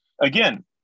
Again